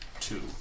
two